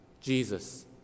Jesus